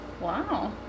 wow